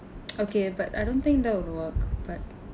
okay but I don't think that will work but